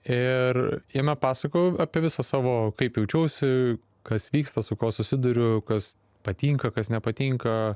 ir jame pasakoju apie visą savo kaip jaučiausi kas vyksta su kuo susiduriu kas patinka kas nepatinka